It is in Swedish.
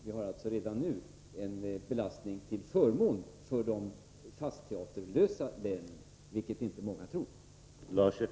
Vi har alltså redan nu en belastning till förmån för de ”fast-teaterlösa” länen, vilket inte många tror.